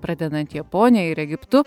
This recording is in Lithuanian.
pradedant japonija ir egiptu